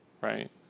right